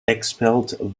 expelled